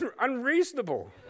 unreasonable